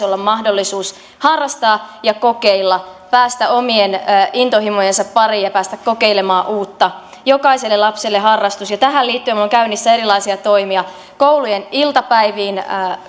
olla mahdollisuus harrastaa ja kokeilla päästä omien intohimojensa pariin ja päästä kokeilemaan uutta jokaisella lapsella harrastus ja tähän liittyen on käynnissä erilaisia toimia on koulujen iltapäiviin